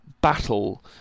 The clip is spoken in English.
battle